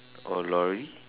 or lorry